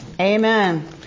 amen